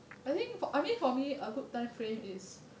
I think I mean for me a good time frame it's